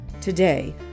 Today